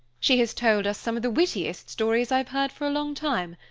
she has told us some of the wittiest stories i've heard for a long time.